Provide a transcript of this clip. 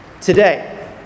today